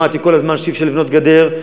שמעתי כל הזמן שאי-אפשר לבנות גדר,